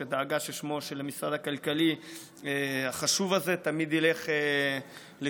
דאגה ששמו של המשרד הכלכלי והחשוב הזה תמיד ילך לפניו.